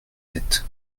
sept